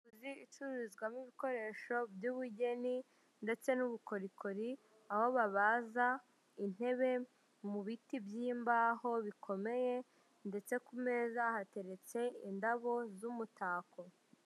Inzu icururizwamo ibikoresho by'ubugeni ndetse n,ubukorikori, aho babaza intebe mu biti by'imbaho bimeye ndetse ku meza hateretse indabo z'umutako.